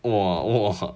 !wah! !wah!